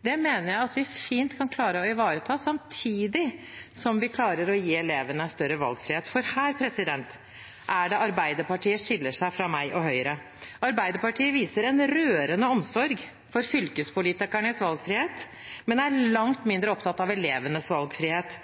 Det mener jeg at vi fint kan klare å ivareta, samtidig som vi klarer å gi elevene større valgfrihet, for her er det Arbeiderpartiet skiller seg fra meg og Høyre. Arbeiderpartiet viser en rørende omsorg for fylkespolitikernes valgfrihet, men er langt mindre opptatt av elevenes valgfrihet.